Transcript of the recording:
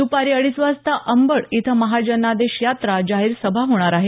द्रपारी अडीच वाजता अंबड इथं महाजनादेश यात्रा जाहीर सभा होणार आहे